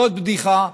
זאת בדיחה,